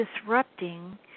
disrupting